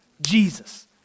Jesus